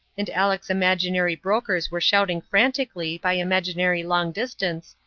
and aleck's imaginary brokers were shouting frantically by imaginary long-distance,